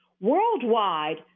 Worldwide